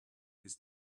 his